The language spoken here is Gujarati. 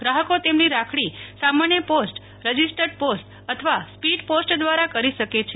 ગ્રાહકો તેમની રાખડી સામાન્ય પોસ્ટ રજીસ્ટર્ડ પોસ્ટ અથવા સ્પીડ પોસ્ટ દ્રારા કરી છે